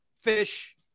Fish